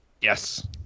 Yes